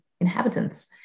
inhabitants